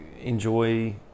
enjoy